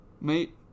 mate